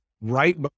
right